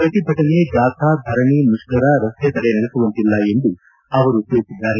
ಪ್ರತಿಭಟನೆ ಜಾಥಾ ಧರಣಿ ಮುಷ್ಕರ ರಸ್ತೆ ತಡೆ ನಡೆಸುವಂತಿಲ್ಲ ಎಂದು ಅವರು ತಿಳಿಸಿದ್ದಾರೆ